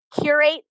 curate